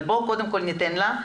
אבל בואו קודם כל ניתן לה.